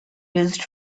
used